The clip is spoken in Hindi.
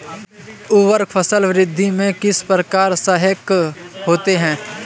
उर्वरक फसल वृद्धि में किस प्रकार सहायक होते हैं?